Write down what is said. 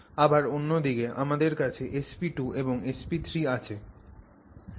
আবার অন্য দিকে আমাদের কাছে sp2 এবং sp3 আছে